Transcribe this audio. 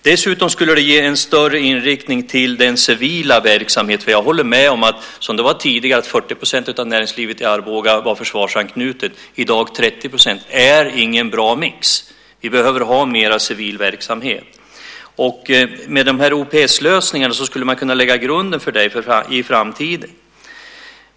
Dessutom skulle det ge en större inriktning på den civila verksamheten. Jag håller med om att som det var tidigare 40 % av näringslivet i Arboga var försvarsanknutet, i dag 30 %, inte är någon bra mix. Vi behöver ha mera civil verksamhet. Med OPS-lösningar skulle man kunna lägga grunden för det inför framtiden.